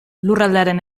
lurraldearen